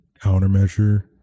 countermeasure